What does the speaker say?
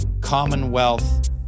Commonwealth